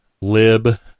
lib